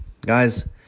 Guys